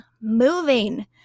moving